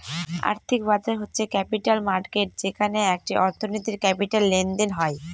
আর্থিক বাজার হচ্ছে ক্যাপিটাল মার্কেট যেখানে একটি অর্থনীতির ক্যাপিটাল লেনদেন হয়